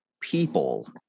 People